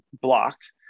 blocked